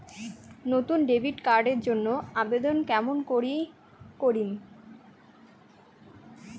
নতুন debit card এর জন্যে আবেদন কেমন করি করিম?